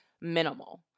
minimal